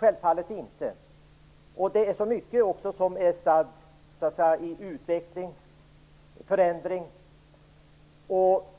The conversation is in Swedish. Det är också så mycket som är satt i utveckling och förändring, och